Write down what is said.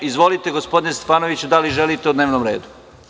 Izvolite, gospodine Stefanoviću, da li želite o dnevnom redu?